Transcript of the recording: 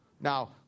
Now